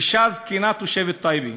אישה זקנה תושבת טייבה,